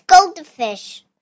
goldfish